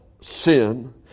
sin